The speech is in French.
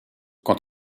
quant